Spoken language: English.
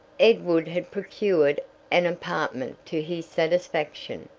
edward had procured an apartment to his satisfaction,